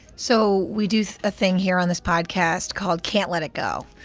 so we do a thing here on this podcast called can't let it go,